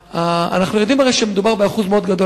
הרי אנחנו יודעים שמדובר באחוז מאוד גדול,